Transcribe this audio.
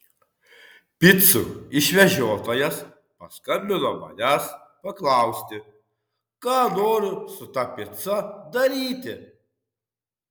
picų išvežiotojas paskambino manęs paklausti ką noriu su ta pica daryti